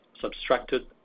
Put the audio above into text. subtracted